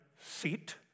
seat